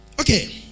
Okay